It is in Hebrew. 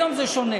היום זה שונה.